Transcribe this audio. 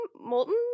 molten